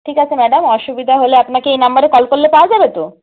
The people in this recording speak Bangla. ঠিক আছে ম্যাডাম অসুবিধা হলে আপনাকে এই নাম্বারে কল করলে পাওয়া যাবে তো